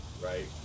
right